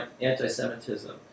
anti-Semitism